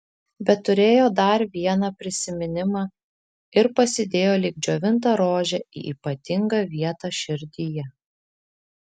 bet turėjo dar vieną prisiminimą ir pasidėjo lyg džiovintą rožę į ypatingą vietą širdyje